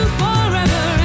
forever